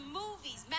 movies